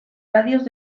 radios